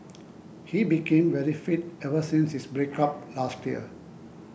he became very fit ever since his break up last year